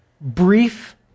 brief